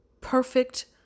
perfect